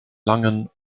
langen